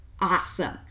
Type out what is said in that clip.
Awesome